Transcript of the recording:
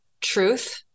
truth